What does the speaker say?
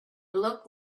looked